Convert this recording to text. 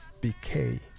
BK